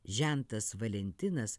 žentas valentinas